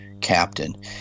captain